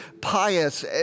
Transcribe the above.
pious